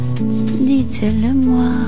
Dites-le-moi